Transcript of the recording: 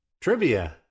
Trivia